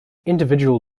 individual